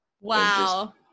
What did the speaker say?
Wow